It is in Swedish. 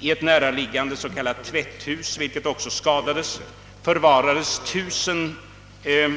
I ett närliggande s.k. tvätthus, vilket också skadades, förvarades 1